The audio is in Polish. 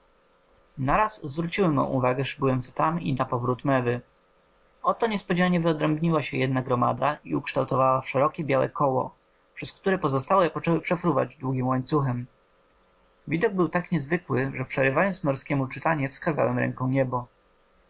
naraz zwróciły mą uwagę szybujące tam i napowrót mewy oto niespodzianie wyodrębniła się jedna gromada i ukształtowała w szerokie białe koło przez które pozostałe poczęły przefruwać długim łańcuchem widok był tak niezwykły że przerywając norskiemu czytanie wskazałem ręką niebo